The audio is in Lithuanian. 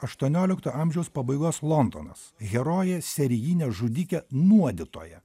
aštuoniolikto amžiaus pabaigos londonas herojė serijinė žudikė nuodytoja